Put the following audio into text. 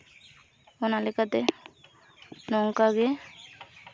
ᱚᱱᱟ ᱞᱮᱠᱟᱛᱮ ᱱᱚᱝᱠᱟᱜᱮ